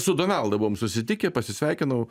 su donalda buvom susitikę pasisveikinau